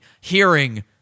hearing